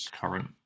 current